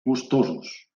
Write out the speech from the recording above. gustosos